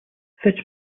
fits